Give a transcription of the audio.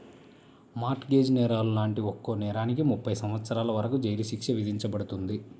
mart gauge నేరాలు లాంటి ఒక్కో నేరానికి ముప్పై సంవత్సరాల వరకు జైలు శిక్ష విధించబడుతుంది